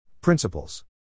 Principles